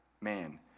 man